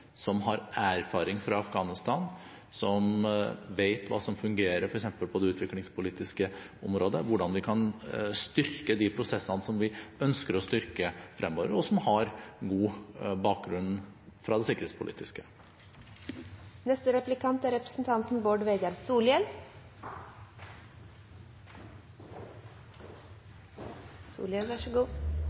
som har erfaring fra Afghanistan, som vet hva som fungerer f.eks. på det utviklingspolitiske området, og hvordan vi kan styrke de prosessene som vi ønsker å styrke fremover, og som har god bakgrunn fra det sikkerhetspolitiske. Nei, nøytralitet finst i veldig få spørsmål, men partipolitisk uavhengigheit finst. Det som òg finst, er